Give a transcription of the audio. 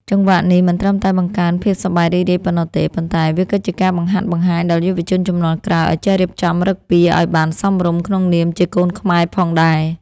ចង្វាក់នេះមិនត្រឹមតែបង្កើនភាពសប្បាយរីករាយប៉ុណ្ណោះទេ ប៉ុន្តែវាក៏ជាការបង្ហាត់បង្ហាញដល់យុវជនជំនាន់ក្រោយឱ្យចេះរៀបចំឫកពារឱ្យបានសមរម្យក្នុងនាមជាកូនខ្មែរផងដែរ។